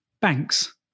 Banks